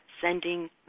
sending